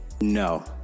no